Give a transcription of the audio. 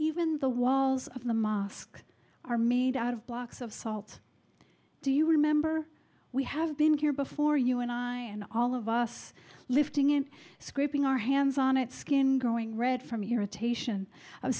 even the walls of the mosque are made out of blocks of salt do you remember we have been here before you and i and all of us lifting in scraping our hands on it skin growing red from irritation of